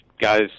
guys